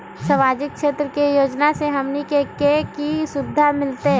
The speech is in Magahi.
सामाजिक क्षेत्र के योजना से हमनी के की सुविधा मिलतै?